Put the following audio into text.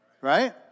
Right